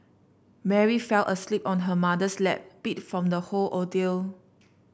Mary fell asleep on her mother's lap beat from the whole ordeal